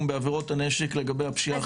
בעבירות הנשק לבין הפשיעה החקלאית?